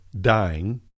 dying